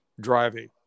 driving